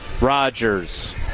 Rodgers